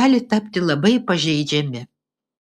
gali tapti labai pažeidžiami